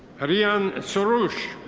arian soroush.